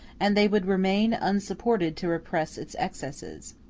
and they would remain unsupported to repress its excesses.